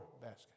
basket